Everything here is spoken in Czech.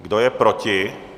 Kdo je proti?